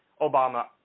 Obama